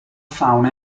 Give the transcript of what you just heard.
fauna